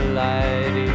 light